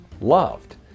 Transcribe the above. loved